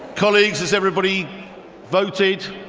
colleagues, has everybody voteed?